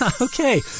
Okay